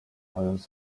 mając